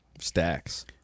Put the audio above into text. Stacks